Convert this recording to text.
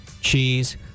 cheese